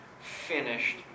finished